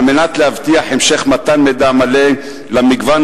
על מנת להבטיח המשך מתן מידע מלא למגוון